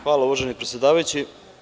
Hvala uvaženi predsedavajući.